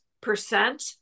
percent